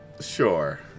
Sure